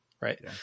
right